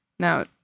Now